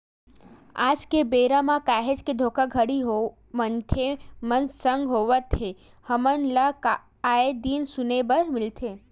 आल के बेरा म काहेच के धोखाघड़ी मनखे मन संग होवत हे हमन ल आय दिन सुने बर मिलथे